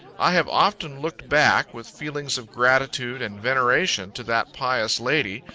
i have often looked back, with feelings of gratitude and veneration, to that pious lady,